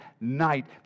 night